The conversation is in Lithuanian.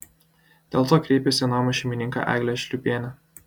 dėl to kreipėsi į namo šeimininkę eglę šliūpienę